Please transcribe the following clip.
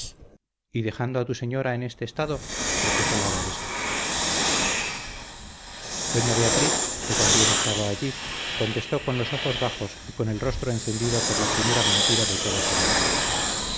y dejando a tu señora en este estado repuso la abadesa doña beatriz que también estaba allí contestó con los ojos bajos y con el rostro encendido por la primera mentira de toda su vida